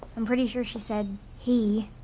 i'm pretty sure she said he.